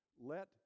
let